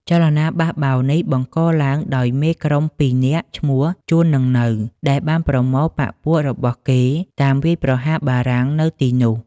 ចលនាបះបោរនេះបង្កឡើងដោយមេក្រុមពីរនាក់ឈ្មោះ ជួន និង នៅ ដែលបានប្រមូលបក្សពួករបស់គេតាមវាយប្រហារបារាំងនៅទីនោះ។